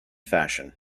fashion